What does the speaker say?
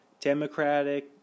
Democratic